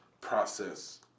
process